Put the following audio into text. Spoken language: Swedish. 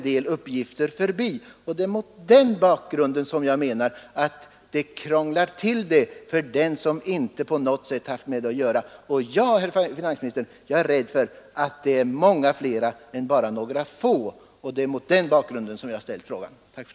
Det är mot den bakgrunden jag menar att ett körförbud krånglar till det för dem som inte har nåtts av informationen och som således inte blivit medvetna om vad de har att iakttaga. Jag är rädd, herr finansminister, att det gäller ganska många bilägare, och alltså inte bara några få, och det är mot den bakgrunden jag ställt min enkla fråga.